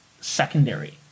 secondary